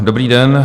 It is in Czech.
Dobrý den.